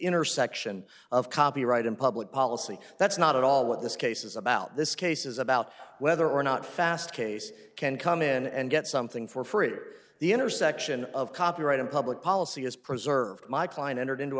intersection of copyright and public policy that's not at all what this case is about this case is about whether or not fast case can come in and get something for free the intersection of copyright and public policy is preserved my client entered into a